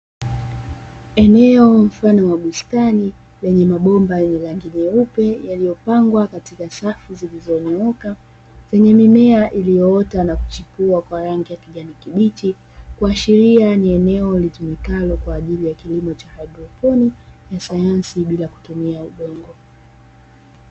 Eneo mfano wa bustani lenye mabomba yenye rangi nyeupe, yaliyopangwa katika safu zilizonyooka, zenye mimea iliyoota na kuchipua kwa rangi ya kijani kibichi, kuashiria ni eneo litumikalo kwa ajili ya kilimo cha haidroponi ya sayansi bila kutumia udongo.